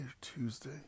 Tuesday